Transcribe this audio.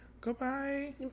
Goodbye